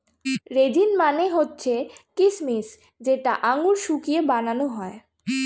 raisin মানে হচ্ছে কিচমিচ যেটা আঙুর শুকিয়ে বানানো হয়